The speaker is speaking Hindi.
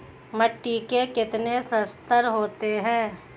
मिट्टी के कितने संस्तर होते हैं?